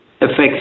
affects